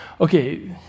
Okay